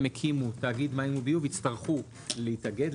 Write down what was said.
הקימו תאגיד מים וביוב יצטרכו להתאגד,